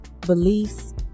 beliefs